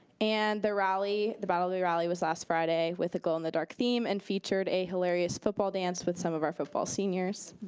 and the rally, the but bally way rally was last friday with a glow in the dark theme and featured a hilarious football dance with some of our football seniors,